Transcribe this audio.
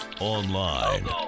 online